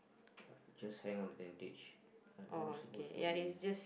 uh just hang on the tentage I thought it supposed to be